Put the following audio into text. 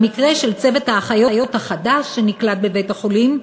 במקרה של צוות האחיות החדש שנקלט בבית-החולים,